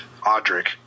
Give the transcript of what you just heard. Audric